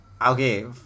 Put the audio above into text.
okay